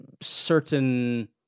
certain